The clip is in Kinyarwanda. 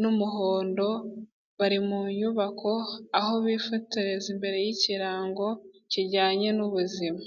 n'umuhondo, bari mu nyubako aho bifotoreza imbere y'ikirarango kijyanye n'ubuzima.